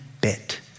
bit